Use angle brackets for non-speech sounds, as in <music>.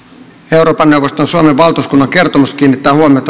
euroopan neuvoston suomen valtuuskunnan kertomus kiinnittää huomiota <unintelligible>